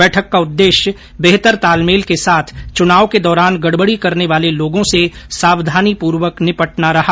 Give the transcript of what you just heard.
बैठक का उद्देश्य बेहतर तालमेल के साथ चुनाव के दौरान गड़बड़ी करने वाले लोगों से सावधानीपूर्वक निपटना रहा